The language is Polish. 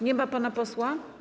Nie ma pana posła?